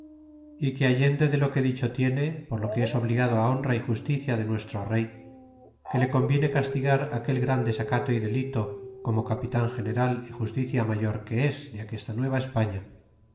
y que allende de lo que dicho tiene por lo que es obligado la honra y justicia de nuestro rey que le conviene castigar aquel gran desacato y delito como capitan general y justicia mayor que es de aquesta